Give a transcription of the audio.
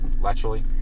laterally